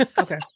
Okay